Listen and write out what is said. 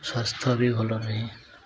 ସ୍ୱାସ୍ଥ୍ୟ ବି ଭଲ ରହେ